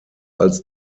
als